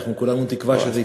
אנחנו כולנו תקווה שזה יקרה.